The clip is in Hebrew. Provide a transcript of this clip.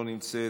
לא נמצאת,